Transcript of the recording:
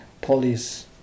police